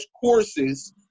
courses